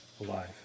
alive